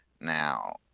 Now